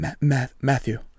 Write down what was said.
Matthew